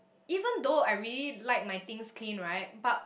even though I really like my things clean right but